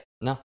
no